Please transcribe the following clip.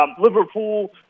Liverpool